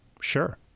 Sure